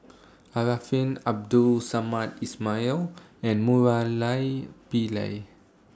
Arifin Abdul Samad Ismail and Murali Pillai